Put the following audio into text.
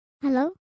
hello